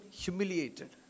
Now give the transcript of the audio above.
humiliated